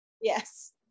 Yes